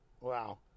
Wow